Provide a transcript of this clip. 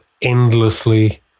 endlessly